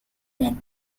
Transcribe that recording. that